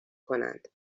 کنند